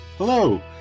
Hello